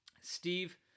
Steve